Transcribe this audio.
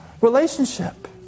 relationship